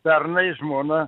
pernai žmona